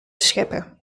scheppen